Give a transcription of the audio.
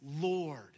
Lord